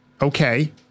okay